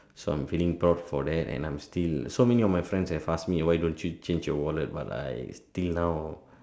so I'm feeling proud for that and I am still so many of my friends have asked me why don't you change your wallet but I till now